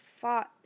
fought